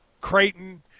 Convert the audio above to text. Creighton